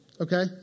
Okay